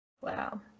Wow